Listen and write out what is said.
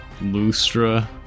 Lustra